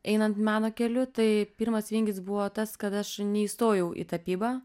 einant meno keliu tai pirmas vingis buvo tas kad aš neįstojau į tapybą